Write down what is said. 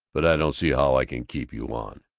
but i don't see how i can keep you on.